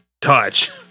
touch